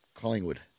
Collingwood